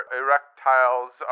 erectiles